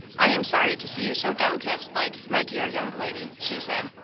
i am sorry to see you so downcast like, my dear young lady, she said.